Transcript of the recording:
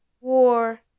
War